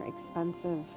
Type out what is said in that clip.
expensive